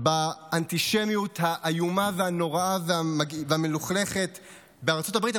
באנטישמיות האיומה והנוראה והמלוכלכת בארצות הברית,